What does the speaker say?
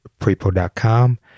prepo.com